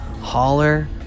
holler